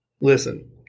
Listen